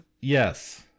Yes